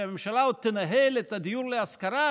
שהממשלה עוד תנהל את הדיור להשכרה?